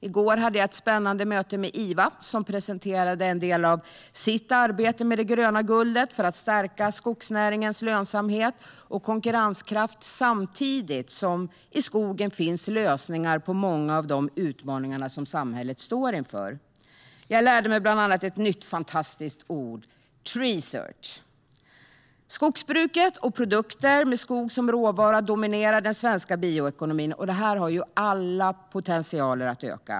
I går hade jag ett spännande möte med Iva, som presenterade en del av sitt arbete med det gröna guldet. Man arbetar för att stärka skogsnäringens lönsamhet och konkurrenskraft. Samtidigt finns det i skogen lösningar på många av de utmaningar samhället står inför. Jag lärde mig bland annat ett nytt fantastiskt ord: "treesearch". Skogsbruket och produkter med skog som råvara dominerar den svenska bioekonomin, och det har all potential att öka.